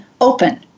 open